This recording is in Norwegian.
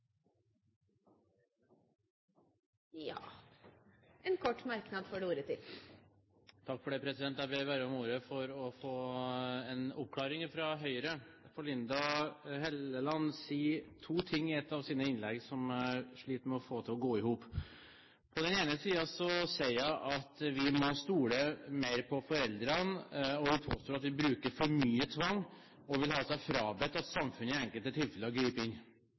ordet til en kort merknad, begrenset til 1 minutt. Jeg ber om ordet for å be om å få en oppklaring fra Høyre, for Linda C. Hofstad Helleland sier to ting i et av sine innlegg som jeg sliter med å få til å gå i hop. På den ene siden sier hun at vi må stole mer på foreldrene, og hun påstår at vi bruker for mye tvang og vil ha seg frabedt at samfunnet i enkelte tilfeller griper inn.